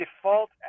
default